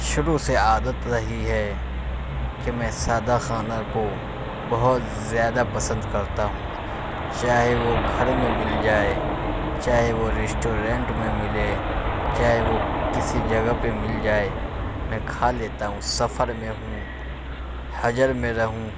شروع سے عادت رہی ہے کہ میں سادہ کھانا کو بہت زیادہ پسند کرتا ہوں چاہے وہ گھر میں مل جائے چاہے وہ ریسٹورینٹ میں ملے چاہے وہ کسی جگہ پہ مل جائے میں کھا لیتا ہوں سفر میں ہوں حضر میں رہوں